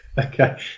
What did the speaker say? Okay